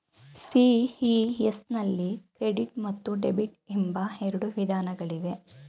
CES ನಲ್ಲಿ credit ಮತ್ತು debit ಎಂಬ ಎರಡು ವಿಧಾನಗಳಿವೆ